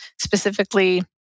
Specifically